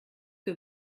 que